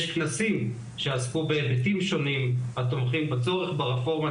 יש כנסים שעסקו בהיבטים שונים התומכים בצורך הרפורמה,